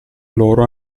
loro